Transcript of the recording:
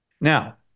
Now